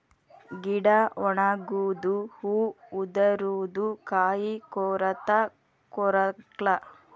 ಗಿಡಾ ಒಣಗುದು ಹೂ ಉದರುದು ಕಾಯಿ ಕೊರತಾ ಕೊರಕ್ಲಾ